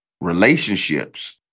relationships